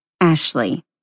Ashley